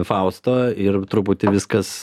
fausto ir truputį viskas